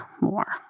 more